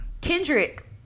Kendrick